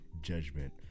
judgment